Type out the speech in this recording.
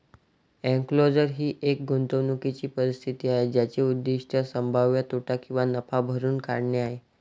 enclosure ही एक गुंतवणूकीची परिस्थिती आहे ज्याचे उद्दीष्ट संभाव्य तोटा किंवा नफा भरून काढणे आहे